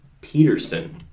Peterson